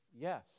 yes